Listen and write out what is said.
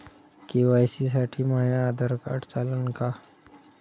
KYC साठी माह्य Aadhaar card चालन का?